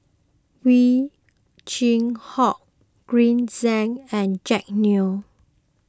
Ow Chin Hock Green Zeng and Jack Neo